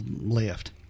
left